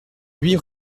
huit